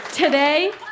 Today